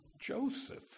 Joseph